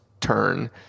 turn